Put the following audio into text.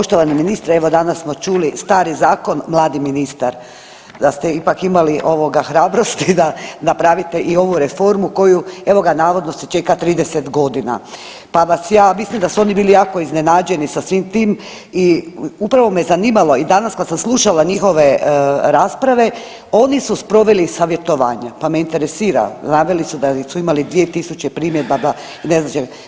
Poštovani ministre, evo danas smo čuli, stari zakon, mladi ministar, da ste ipak imali, ovaj, hrabrosti da napravite i ovu reformu koju, evo ga, navodno se čeka 30 godina pa vas ja, mislim da su oni bili jako iznenađeni sa svim tim i upravo me zanimalo i danas kad sam slušala njihove rasprave, oni su sproveli savjetovanje, pa me interesira, naveli su da su imali 2000 primjedaba i ne znam čeg.